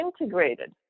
integrated